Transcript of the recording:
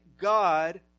God